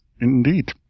indeed